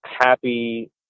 happy